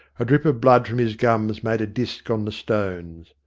a drip of blood from his gums made a disc on the stones.